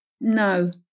No